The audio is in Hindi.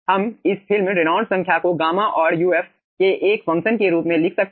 हम इस फिल्म रेनॉल्ड्स संख्या को गामा और uf के एक फंक्शन के रूप में लिख सकते हैं